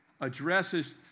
addresses